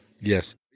Yes